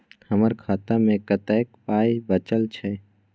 हमर खाता मे कतैक पाय बचल छै